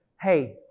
hey